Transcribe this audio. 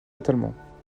totalement